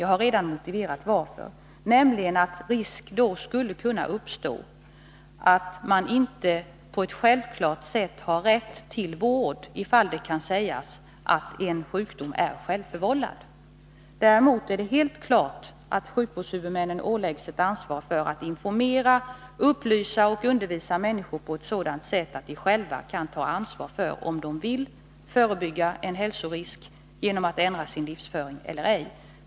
Jag har redan motiverat varför, nämligen att risk då skulle kunna uppstå att man inte på ett självklart sätt har rätt till vård ifall det kan sägas att en sjukdom är självförvållad. Däremot är det helt klart att sjukvårdshuvudmännen åläggs ett ansvar att informera, upplysa och undervisa människor på ett sådant sätt att de själva kan ta ansvar för om de vill förebygga en hälsorisk genom att ändra sin livsföring eller ej.